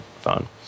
phone